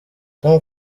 tom